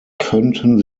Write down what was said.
könnten